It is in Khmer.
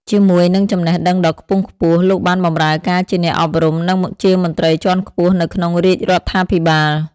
ជាមួយនឹងចំណេះដឹងដ៏ខ្ពង់ខ្ពស់ លោកបានបម្រើការជាអ្នកអប់រំ និងជាមន្ត្រីជាន់ខ្ពស់នៅក្នុងរាជរដ្ឋាភិបាល។